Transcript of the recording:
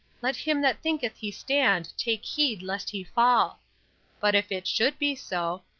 let him that thinketh he standeth take heed lest he fall but if it should be so,